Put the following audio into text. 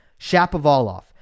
Shapovalov